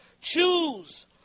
choose